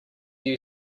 you